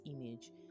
image